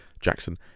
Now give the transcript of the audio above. jackson